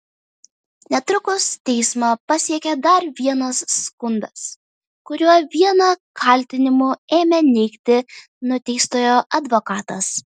netrukus teismą pasiekė dar vienas skundas kuriuo vieną kaltinimų ėmė neigti nuteistojo advokatas